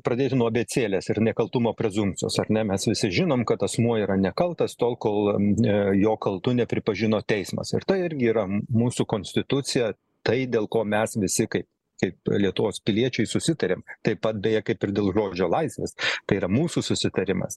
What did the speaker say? pradėti nuo abėcėlės ir nekaltumo prezumpcijos ar ne mes visi žinome kad asmuo yra nekaltas tol kol jo kaltu nepripažino teismas ir tai irgi yra mūsų konstitucija tai dėl ko mes visi kaip kaip lietuvos piliečiai susitarėm taip pat beje kaip ir dėl žodžio laisvės tai yra mūsų susitarimas